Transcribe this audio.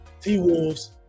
T-Wolves